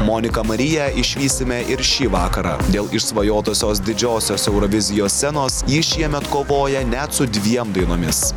moniką mariją išvysime ir šį vakarą dėl išsvajotosios didžiosios eurovizijos scenos ji šiemet kovoja net su dviem dainomis